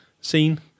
scene